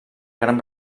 gran